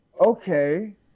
okay